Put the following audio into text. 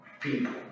people